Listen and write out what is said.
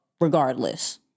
regardless